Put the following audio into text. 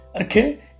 Okay